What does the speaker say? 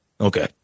Okay